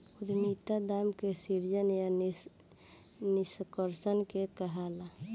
उद्यमिता दाम के सृजन या निष्कर्सन के कहाला